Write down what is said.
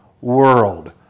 world